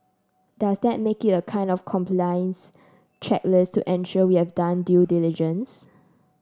does that make it a kind of compliance checklist to ensure we have done due diligence